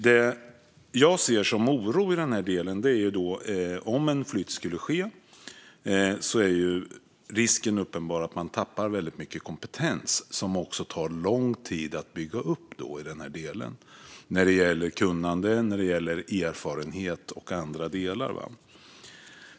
Den oro jag ser ifall en flytt skulle ske är den uppenbara risken att man tappar väldigt mycket kompetens som tar lång tid att bygga upp - kunnande, erfarenhet och andra delar.